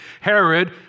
Herod